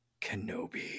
Kenobi